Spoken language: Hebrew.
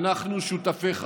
אנחנו, שותפיך,